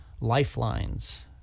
lifelines